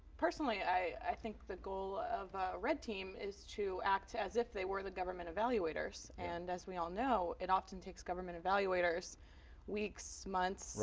personally i think the goal of a red team is to act as if they were the government evaluators, and as we all know, it often takes government evaluators weeks, months,